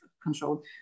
control